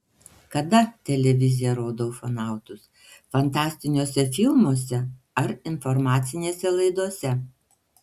kada televizija rodo ufonautus fantastiniuose filmuose ar informacinėse laidose